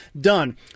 done